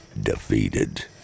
Defeated